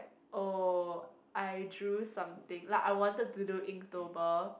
oh I drew something like I wanted to do Inktober